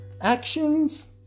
actions